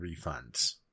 refunds